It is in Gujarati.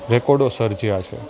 રેકોર્ડો સર્જ્યા છે